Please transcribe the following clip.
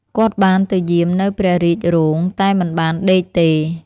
គាត់បានទៅយាមនៅព្រះរាជរោង តែមិនបានដេកទេ។